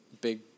big